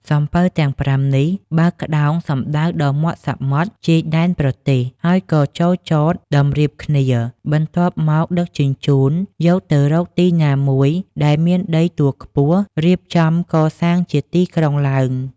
សំពៅទាំងប្រាំនេះ បើកក្តោងសំដៅដល់មាត់សមុទ្រជាយដែនប្រទេស ហើយក៏ចូលចតតម្រៀបគ្នា បន្ទាប់មកដឹកជញ្ជូនយកទៅរកទីណាមួយដែលមានដីទួលខ្ពស់រៀបចំកសាងជាទីក្រុងឡើង ។